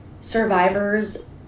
survivors